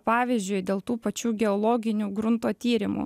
pavyzdžiui dėl tų pačių geologinių grunto tyrimų